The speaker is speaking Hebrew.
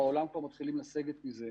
בעולם כבר מתחילים לסגת מזה,